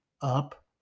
up